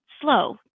slow